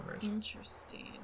Interesting